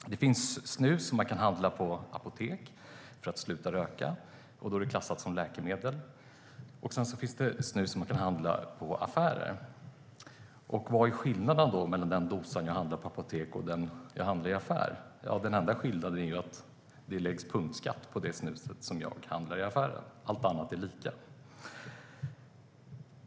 Det finns snus som man kan köpa på apotek för att sluta röka, och då är det klassat som läkemedel. Sedan finns det snus som man kan köpa i affärer. Vad är skillnaden mellan den dosa som jag köper på apoteket och den som jag köper i affären? Den enda skillnaden är att det läggs punktskatt på det snus som jag köper i affären. Allt annat är likadant.